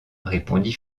répondit